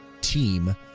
team